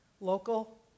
Local